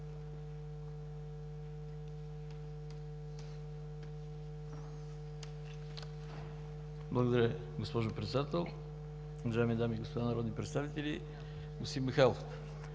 Благодаря Ви, госпожо Председател. Уважаеми дами и господа народни представители! Господин Михайлов,